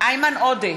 בהצבעה איימן עודה,